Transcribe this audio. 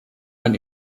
man